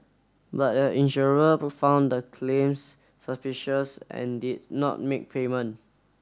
but a insurer found the claims suspicious and did not make payment